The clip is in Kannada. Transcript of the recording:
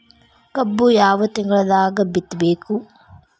ಕಬ್ಬು ಯಾವ ತಿಂಗಳದಾಗ ಬಿತ್ತಬೇಕು?